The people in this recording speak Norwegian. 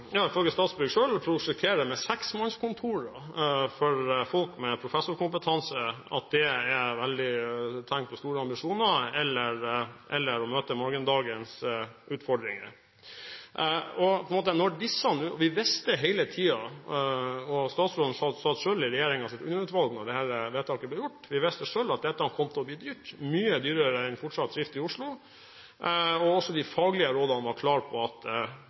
med seksmannskontor for folk med professorkompetanse, at det er tegn på store ambisjoner eller å møte morgendagens utfordringer. Statsråden satt selv i regjeringens underutvalg da dette vedtaket ble gjort, og vi visste hele tiden at dette kom til å bli dyrt, mye dyrere enn fortsatt drift i Oslo, og også de faglige rådene var klare på at